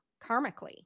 karmically